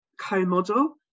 co-model